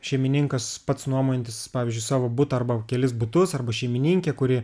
šeimininkas pats nuomojantis pavyzdžiui savo butą arba kelis butus arba šeimininkė kuri